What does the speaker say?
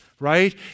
right